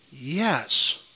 Yes